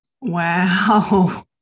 Wow